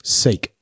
seek